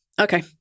Okay